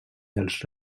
dels